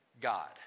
God